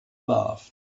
loved